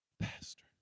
Pastor